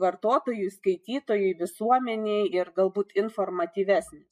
vartotojui skaitytojui visuomenei ir galbūt informatyvesnis